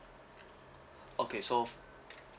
okay so